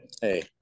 hey